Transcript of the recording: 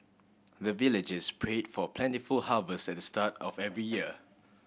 the villagers pray for plentiful harvest at the start of every year